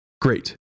Great